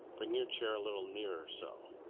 bring your chair a little nearer so.